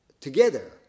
together